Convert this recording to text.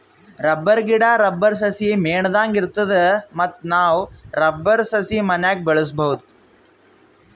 rubber ಗಿಡಾ, rubber ಸಸಿ ಮೇಣದಂಗ್ ಇರ್ತದ ಮತ್ತ್ ನಾವ್ ರಬ್ಬರ್ ಸಸಿ ಮನ್ಯಾಗ್ ಬೆಳ್ಸಬಹುದ್